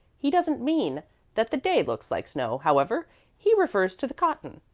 he doesn't mean that the day looks like snow, however he refers to the cotton.